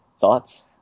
Thoughts